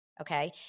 okay